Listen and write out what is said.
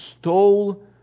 stole